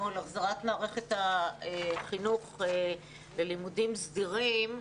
על החזרת מערכת החינוך ללימודים סדירים.